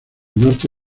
norte